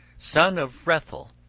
son of hrethel,